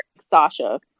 Sasha